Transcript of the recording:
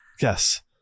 yes